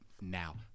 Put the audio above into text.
Now